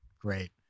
Great